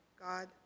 God